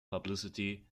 publicity